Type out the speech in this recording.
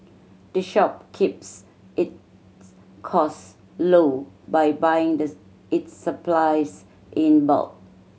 the shop keeps its cost low by buying the its supplies in bulk